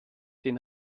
den